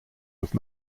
have